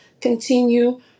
continue